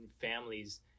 families